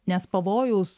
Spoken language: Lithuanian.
nes pavojaus